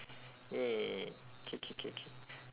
!yay! K K K K